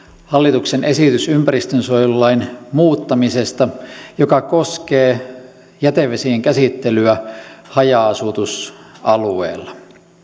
hallituksen esitys ympäristönsuojelulain muuttamisesta joka koskee jätevesien käsittelyä haja asutusalueella